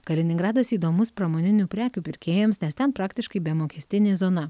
kaliningradas įdomus pramoninių prekių pirkėjams nes ten praktiškai be mokestinė zona